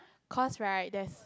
cause right there's